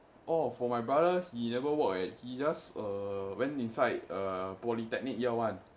orh for my brother he never work eh he just err went inside err polytechnic year one